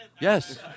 Yes